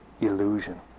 illusion